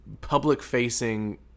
public-facing